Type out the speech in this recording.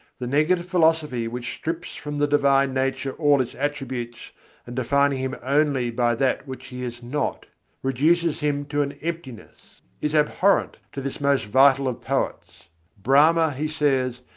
the negative philosophy which strips from the divine nature all its attributes and defining him only by that which he is not reduces him to an emptiness, is abhorrent to this most vital of poets brahma, he says,